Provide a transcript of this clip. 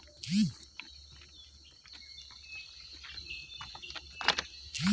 আমার একাউন্টে কতো টাকা ঢুকেছে সেটা কি রকম করি জানিম?